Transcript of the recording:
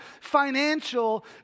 financial